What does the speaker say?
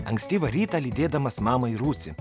ankstyvą rytą lydėdamas mamą į rūsį